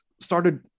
started